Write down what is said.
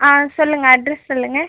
ஆ சொல்லுங்கள் அட்ரஸ் சொல்லுங்கள்